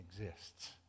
exists